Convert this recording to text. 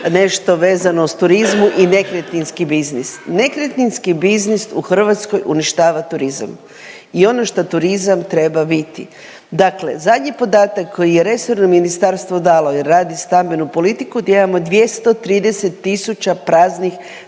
nešto vezano uz turizmu i nekretninski biznis. Nekretninski biznis u Hrvatskoj uništava turizam i ono šta turizam treba biti. Dakle, zadnji podatak koji je resorno ministarstvo dalo je, radi stambenu politiku gdje imamo 230 tisuća praznih